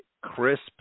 crisp